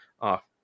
off